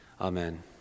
Amen